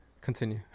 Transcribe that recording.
Continue